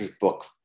Book